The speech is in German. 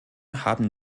haben